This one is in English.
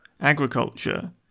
agriculture